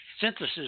synthesis